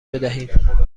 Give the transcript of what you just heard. بدهیم